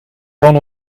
van